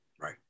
Right